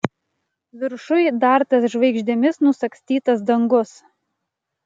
viršuj dar tas žvaigždėmis nusagstytas dangus